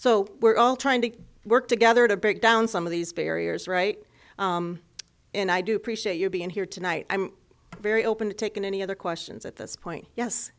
so we're all trying to work together to break down some of these barriers right and i do appreciate you being here tonight i'm very open to taking any other questions at this point yes